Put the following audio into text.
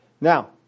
Now